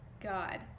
god